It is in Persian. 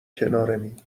کنارمی